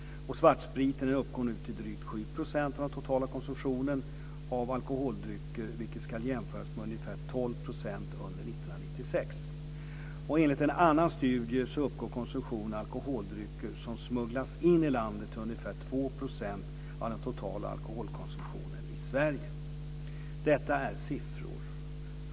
Svartspriten uppgår nu till drygt 7 % av den totala konsumtionen av alkoholdrycker, vilket ska jämföras med ungefär 12 % under 1996. Enligt en annan studie uppgår konsumtionen av alkoholdrycker som smugglas in i landet till ungefär Detta är siffror.